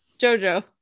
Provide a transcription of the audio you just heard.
jojo